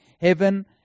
heaven